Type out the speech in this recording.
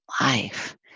life